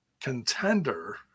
contender